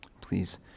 Please